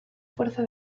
fuerza